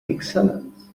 excellent